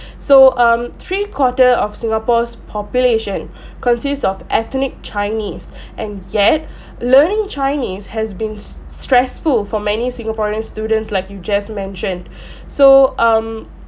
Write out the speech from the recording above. so um three quarter of singapore's population consists of ethnic chinese and yet learning chinese has been s~ stressful for many singaporean students like you just mentioned so um